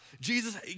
Jesus